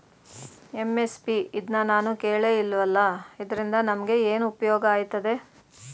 MSP ಇದ್ನನಾನು ಕೇಳೆ ಇಲ್ವಲ್ಲ? ಇದ್ರಿಂದ ನಮ್ಗೆ ಏನ್ಉಪ್ಯೋಗ ಆಯ್ತದೆ?